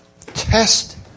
Test